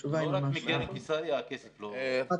אני